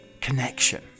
connection